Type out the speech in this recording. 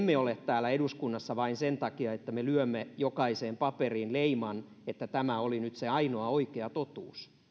me emme ole täällä eduskunnassa vain sen takia että me lyömme jokaiseen paperiin leiman että tämä oli nyt se ainoa oikea totuus